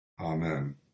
Amen